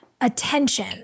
attention